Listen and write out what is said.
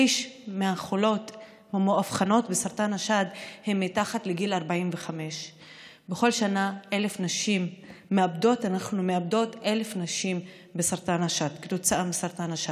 שליש מהחולות המאובחנות בסרטן השד הן מתחת לגיל 45. בכל שנה אנחנו מאבדות 1,000 נשים כתוצאה מסרטן השד.